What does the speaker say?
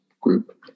group